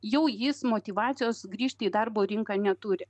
jau jis motyvacijos grįžti į darbo rinką neturi